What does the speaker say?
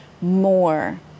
more